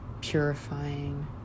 purifying